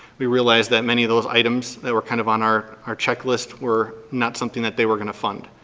we realized that many of those items that were kind of on our our checklist were not something that they were gonna fund.